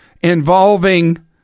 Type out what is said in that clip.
involving